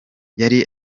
yari